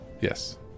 yes